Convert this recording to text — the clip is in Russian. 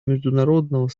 международного